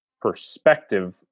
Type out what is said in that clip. perspective